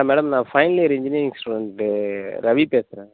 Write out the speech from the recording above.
madam நான் final year engineering student Ravi பேசுகிறேன்